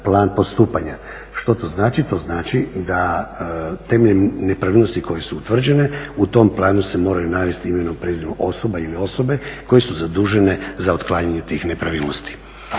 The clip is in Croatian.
plan postupanja. Što to znači? To znači da temeljem nepravilnosti koje su utvrđene u tom planu se moraju navesti imenom, prezimenom osobe ili osobe koje su zadužene za otklanjanje tih nepravilnosti.